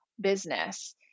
business